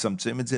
לצמצם את זה,